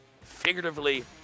figuratively